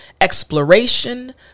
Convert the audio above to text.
exploration